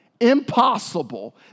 impossible